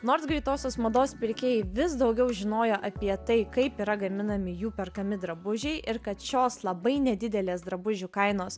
nors greitosios mados pirkėjai vis daugiau žinojo apie tai kaip yra gaminami jų perkami drabužiai ir kad šios labai nedidelės drabužių kainos